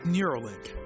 Neuralink